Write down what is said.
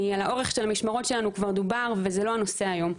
על האורך של המשמרות שלנו כבר דובר וזה לא הנושא היום.